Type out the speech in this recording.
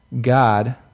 God